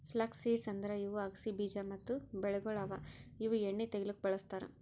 flux seeds ಅಂದುರ್ ಇವು ಅಗಸಿ ಬೀಜ ಮತ್ತ ಬೆಳೆಗೊಳ್ ಅವಾ ಇವು ಎಣ್ಣಿ ತೆಗಿಲುಕ್ ಬಳ್ಸತಾರ್